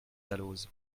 dalloz